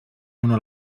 honor